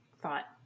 thought